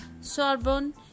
sorbonne